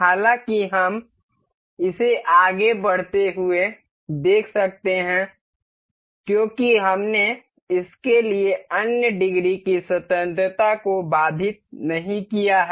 हालाँकि हम इसे आगे बढ़ते हुए देख सकते हैं क्योंकि हमने इसके लिए अन्य डिग्री की स्वतंत्रता को बाधित नहीं किया है